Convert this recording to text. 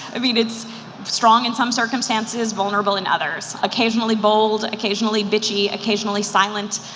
i mean it's strong in some circumstances, vulnerable in others. occasionally bold, occasionally bitchy, occasionally silent.